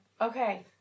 Okay